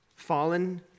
fallen